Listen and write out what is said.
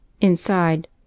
inside